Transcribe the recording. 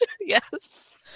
yes